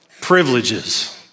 privileges